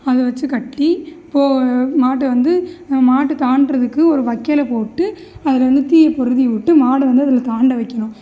அதை வச்சு கட்டி போ மாட்டை வந்து மாட்டு தாண்டுகிறத்துக்கு ஒரு வைக்கலை போட்டு அதில் வந்து தீ பொறுத்தி விட்டு மாடை வந்து அதில் தாண்ட வைக்கணும்